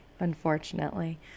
unfortunately